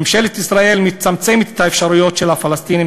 ממשלת ישראל מצמצמת את האפשרויות של הפלסטינים,